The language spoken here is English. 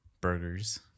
burgers